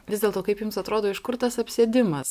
vis dėl to kaip jums atrodo iš kur tas apsėdimas